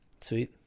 Sweet